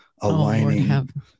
aligning